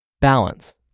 Balance